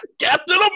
Captain